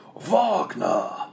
Wagner